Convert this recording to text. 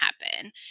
happen